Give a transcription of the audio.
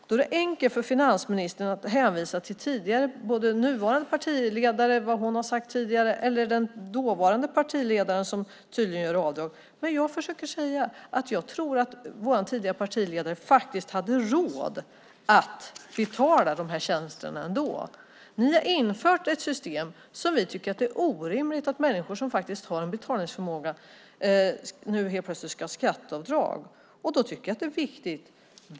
Då är det enkelt för finansministern att hänvisa både till nuvarande partiledare och vad hon har sagt tidigare och till den dåvarande partiledaren, som tydligen gör avdrag. Jag försöker säga att jag tror att vår tidigare partiledare hade råd att betala de här tjänsterna ändå. Ni har infört ett system som vi tycker är orimligt, att människor som har en betalningsförmåga nu helt plötsligt ska få skatteavdrag. Ni tycker att det är viktigt.